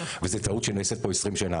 וזו טעות שנעשית פה 20 שנה